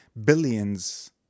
billions